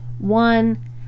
One